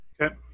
Okay